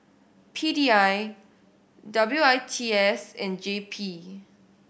P D I W I T S and J P